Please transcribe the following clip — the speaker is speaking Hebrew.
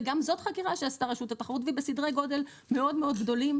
וגם זאת חקירה שעשתה רשות התחרות ובסדרי גודל מאוד מאוד גדולים.